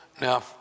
Now